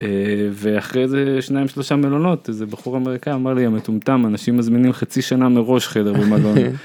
ואחרי זה שניים שלושה מלונות איזה בחור אמריקאי אמר לי המטומטם אנשים מזמינים חצי שנה מראש חדר במלון.